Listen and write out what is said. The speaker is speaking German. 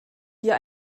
hier